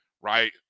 right